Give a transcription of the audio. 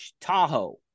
Tahoe